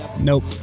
Nope